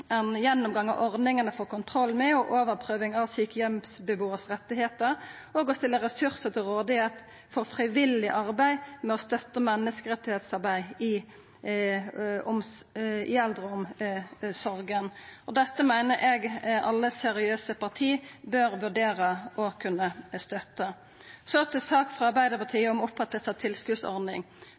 gjennomgang av ordningane for kontroll med – og overprøving av – rettane til sjukeheimsbuarar, og om å stilla ressursar til rådvelde for frivillig arbeid med å støtta menneskerettsarbeid i eldreomsorga. Dette meiner eg alle seriøse parti bør vurdera å kunna støtta. Så til saka frå Arbeidarpartiet om å oppretta ei tilskotsordning: